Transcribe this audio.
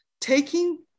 taking